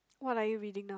what are you reading now